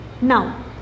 Now